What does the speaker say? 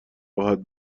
راحت